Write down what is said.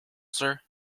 sir